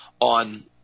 on